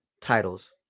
titles